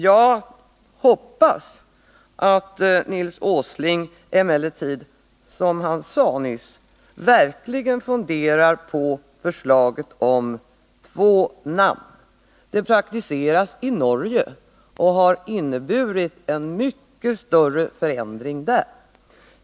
Jag hoppas emellertid att Nils Åsling — som han nyss sade — verkligen funderar på förslaget om två namn. Det förslaget praktiseras i Norge och har inneburit en mycket stor förändring där.